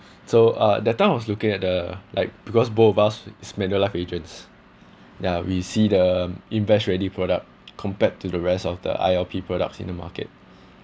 so uh that time I was looking at the like because both of us is manulife agents ya we see the invest ready product compared to the rest of the I_L_P products in the market